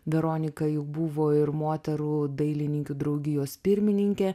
veronika juk buvo ir moterų dailininkių draugijos pirmininkė